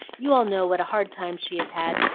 you all know what a hard time she has had,